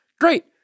Great